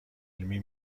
علمی